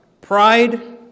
pride